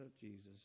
Jesus